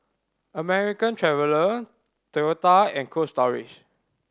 American Traveller Toyota and Cold Storage